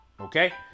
Okay